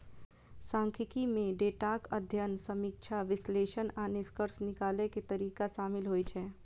सांख्यिकी मे डेटाक अध्ययन, समीक्षा, विश्लेषण आ निष्कर्ष निकालै के तरीका शामिल होइ छै